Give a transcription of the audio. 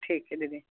ठीक यऽ दीदी